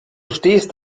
stehst